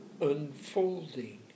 unfolding